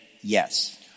yes